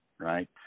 right